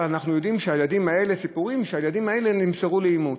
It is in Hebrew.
ואנחנו יודעים שהילדים האלה נמסרו לאימוץ.